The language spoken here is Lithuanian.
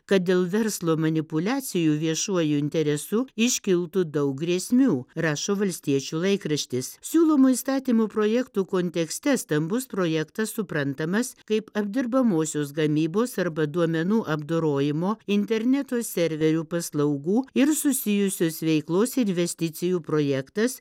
kad dėl verslo manipuliacijų viešuoju interesu iškiltų daug grėsmių rašo valstiečių laikraštis siūlomų įstatymų projektų kontekste stambus projektas suprantamas kaip apdirbamosios gamybos arba duomenų apdorojimo interneto serverių paslaugų ir susijusios veiklos investicijų projektas